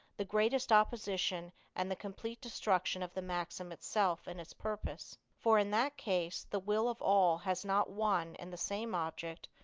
the greatest opposition and the complete destruction of the maxim itself and its purpose. for, in that case, the will of all has not one and the same object,